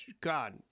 God